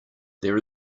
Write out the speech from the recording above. there